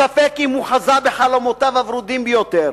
ספק אם הוא חזה בחלומותיו הוורודים ביותר